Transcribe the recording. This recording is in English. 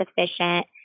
sufficient